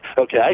Okay